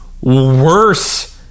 worse